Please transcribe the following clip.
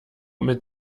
mit